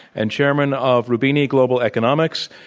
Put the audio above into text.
and chairman of roubini global economics,